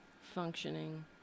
functioning